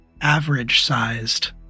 average-sized